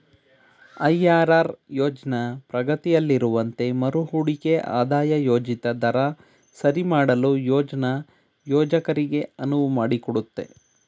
IRR ಯೋಜ್ನ ಪ್ರಗತಿಯಲ್ಲಿರುವಂತೆ ಮರುಹೂಡಿಕೆ ಆದಾಯ ಯೋಜಿತ ದರ ಸರಿಮಾಡಲು ಯೋಜ್ನ ಯೋಜಕರಿಗೆ ಅನುವು ಮಾಡಿಕೊಡುತ್ತೆ